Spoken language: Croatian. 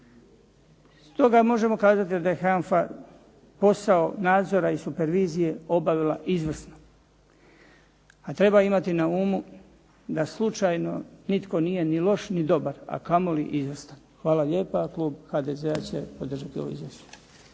Stoga možemo kazati da je HANFA posao nadzora i supervizije obavila izvrsno, a treba imati na umu da slučajno nitko nije ni loš ni dobar a kamoli izvrstan. Hvala lijepa. Klub HDZ-a će podržati ovo izvješće.